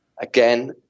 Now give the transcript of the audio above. Again